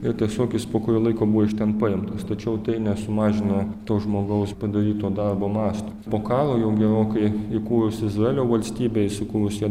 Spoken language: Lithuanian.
ir tiesiog jis po kurio laiko buvo iš ten paimtas tačiau tai nesumažina to žmogaus padaryto darbo masto po karo jau gerokai įkūrus izraelio valstybei įsikūrusią